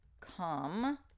come